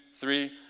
three